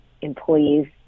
employees